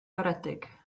caredig